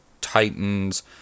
Titans